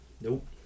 Nope